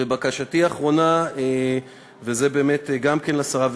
בקשתי האחרונה, וזה באמת גם כן לשרה.